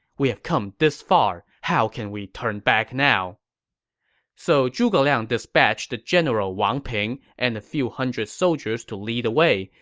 we have come this far, how can we turn back! so zhuge liang dispatched the general wang ping and a few hundred soldiers to lead the way,